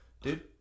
Dude